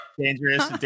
Dangerous